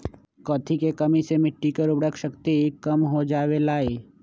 कथी के कमी से मिट्टी के उर्वरक शक्ति कम हो जावेलाई?